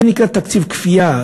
זה נקרא תקציב כפייה.